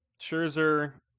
scherzer